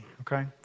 okay